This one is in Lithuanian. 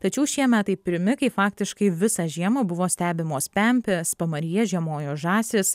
tačiau šie metai pirmi kai faktiškai visą žiemą buvo stebimos pempės pamaryje žiemojo žąsys